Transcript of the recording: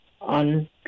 on